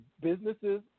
businesses